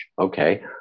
Okay